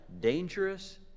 dangerous